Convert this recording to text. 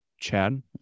Chad